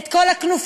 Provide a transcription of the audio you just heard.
את כל הכנופיות,